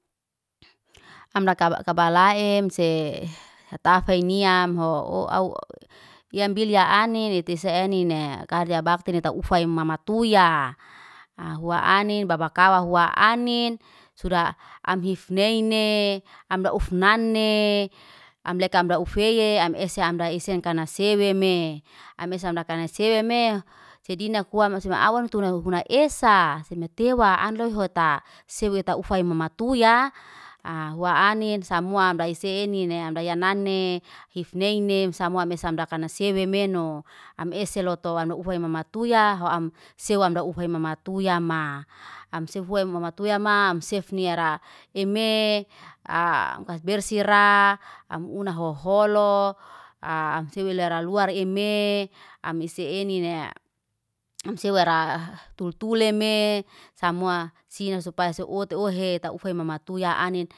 Amraka ka balaem se hatafe inayam ho ow au yam bilia anin yetese enine. Kadabaktini taufay mamatuyaa. Ha hua anin babakawa hua anin, suda amhif neine am dauf nane, amleka amduf eye, am ese amde ese kanaseweme. Am ese amdaese kanaseweme sedindak huama ma awantua huna esaa. Semetewa anloy hota, sebeuhai ufay mamtuya, hua anin samua mbaysenine amdaya nanine hif naine samua mesam dakanasewemeno. Am ese loto wanu ufaya mamtuya, ho am sewam domufay mamatuyama. Am sefuya mamatuyama amsefni ara eme kasbersira am unahoholo siwile raluare ime, am isi enine am sewara tultuleme samua sinar supaya seoto uheta ufay mamatuya anin.